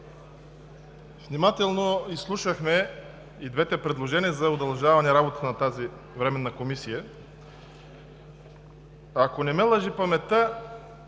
Внимателно изслушахме и двете предложения за удължаване работата на Временната комисия. Ако не ме лъже паметта,